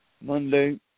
Monday